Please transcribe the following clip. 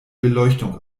beleuchtung